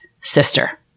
sister